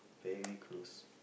very close